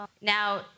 now